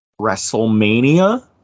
WrestleMania